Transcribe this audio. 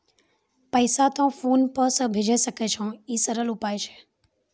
पैसा तोय PhonePe से भैजै सकै छौ? ई सरल उपाय छै?